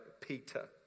Peter